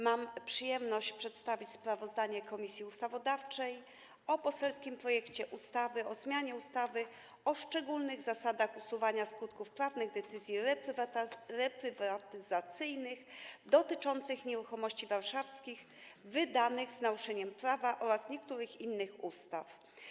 Mam przyjemność przedstawić sprawozdanie Komisji Ustawodawczej o poselskim projekcie ustawy o zmianie ustawy o szczególnych zasadach usuwania skutków prawnych decyzji reprywatyzacyjnych dotyczących nieruchomości warszawskich, wydanych z naruszeniem prawa oraz niektórych innych ustaw.